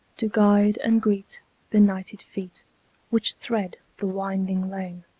to guide and greet benighted feet which thread the winding lane.